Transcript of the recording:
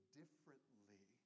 differently